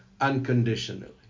unconditionally